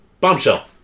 Bombshell